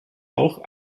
auch